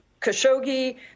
Khashoggi